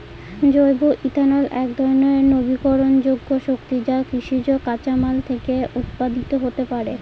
জৈব ইথানল একধরনের নবীকরনযোগ্য শক্তি যা কৃষিজ কাঁচামাল থেকে উৎপাদিত হতে পারে